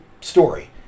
story